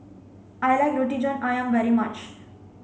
I like Roti John Ayam very much